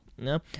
no